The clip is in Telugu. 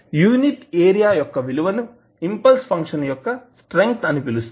యూనిట్ ఏరియా యొక్క విలువ ని ఇంపల్స్ ఫంక్షన్ యొక్క స్ట్రెంగ్త్ అని పిలుస్తారు